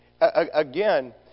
again